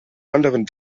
anderen